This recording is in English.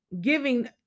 giving